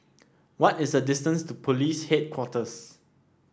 what is the distance to Police Headquarters